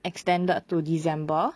extended to december